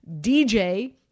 DJ